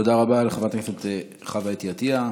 תודה רבה לחברת הכנסת חוה אתי עטייה.